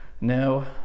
No